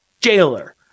Jailer